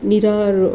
निरारु